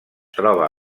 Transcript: troba